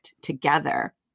together